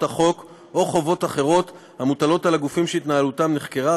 החוק או חובות אחרות המוטלות על הגופים שהתנהלותם נחקרה,